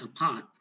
apart